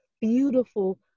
beautiful